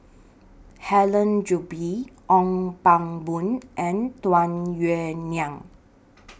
Helen Gilbey Ong Pang Boon and Tung Yue Nang